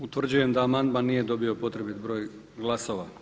Utvrđujem da amandman nije dobio potrebit broj glasova.